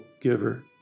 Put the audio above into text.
giver